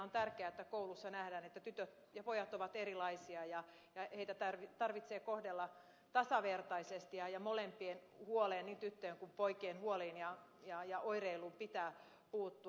on tärkeää että koulussa nähdään että tytöt ja pojat ovat erilaisia ja heitä tarvitsee kohdella tasavertaisesti ja molempien huoliin niin tyttöjen kuin poikienkin ja oireiluun pitää puuttua